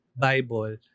Bible